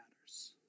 matters